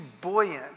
buoyant